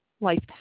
Life